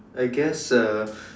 I guess uh